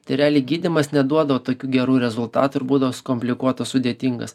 tai realiai gydymas neduodavo tokių gerų rezultatų ir būdavo komplikuotas sudėtingas